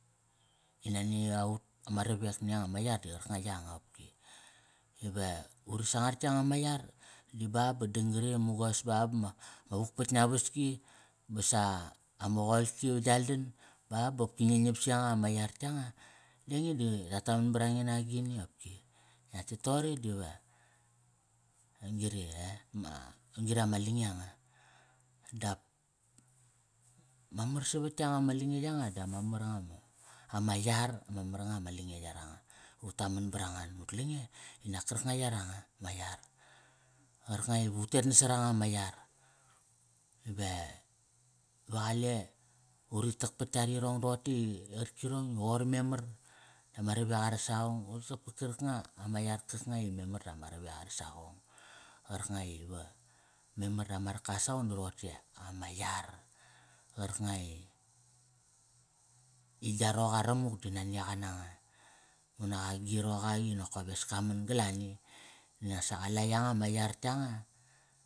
I nani aut ama ravek ni yanga ma yar di qarkanga yanga qopki. I uri samgar yanga ma yar di ba ba dang gari mugos ba ba ma, ma vukpat ngia vaski ba sa ama qolki va gial dan ba bopki ngi ngiap si yanga ma yar yanga, ol ainge di ra taman bara nge na agini opki. Ngia tet toaori dive ngiun grie, ma, ngiun gri ama lange anga. Dap mamar savat yanga ama lange yanga dama mar nga ma, ama yar. Ama mar nga ma lange yaranga, ut taman na ut lange di nak karkanga yaranga ma yar. Qarkanga iva utet nasaranga ama yar. Va, ve qale uri tak pat yarirong toqote i, qarkirong i qoir memar dama ravek ara saqong ba uri pat karkanga, ama yar karkanga i memar dama ravek ara saqong qarkanga ive memar ama raka a saqong di roqote ama yar. Qarkanga i, i gia roqa ramuk di nani a qa nanga. Unak agi roqa ak i nokoves ka man galani. Di nasa qala yanga ma yar yanga.